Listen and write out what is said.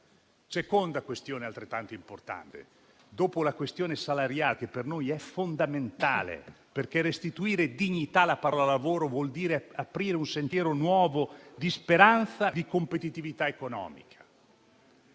Seconda questione, altrettanto importante, dopo quella salariale, che per noi è fondamentale, perché restituire dignità alla parola lavoro vuol dire aprire un sentiero nuovo di speranza e di competitività economica.